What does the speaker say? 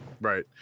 Right